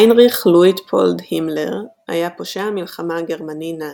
היינריך לויטפולד הימלר היה פושע מלחמה גרמני נאצי.